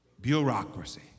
bureaucracy